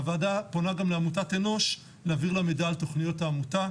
הוועדה פונה גם לעמותת אנוש להעביר לה מידע על תוכניות העמותה.